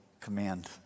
command